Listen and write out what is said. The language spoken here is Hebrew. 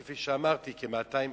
כפי שאמרתי כ-200,000,